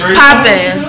popping